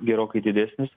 gerokai didesnis